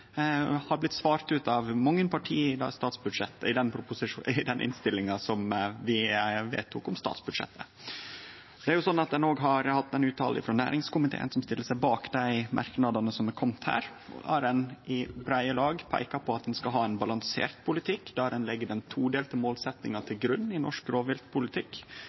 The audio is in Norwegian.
har blitt svart ut av mange parti i den innstillinga vi vedtok om statsbudsjettet. Ein har òg hatt ei fråsegn frå næringskomiteen som stiller seg bak dei merknadene som er komne her. Der har ein i breie lag peika på at ein skal ha ein balansert politikk der ein legg den todelte målsetjinga til grunn i norsk rovviltpolitikk.